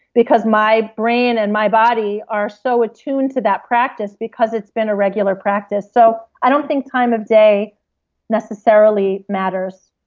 my brain and my body are so attune to that practice because it's been a regular practice. so i don't think time of day necessarily matters